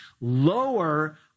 lower